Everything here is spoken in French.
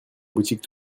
boutique